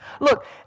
Look